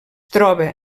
troba